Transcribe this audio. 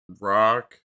rock